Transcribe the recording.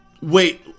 Wait